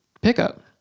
Pickup